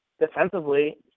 defensively